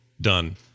done